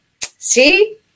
See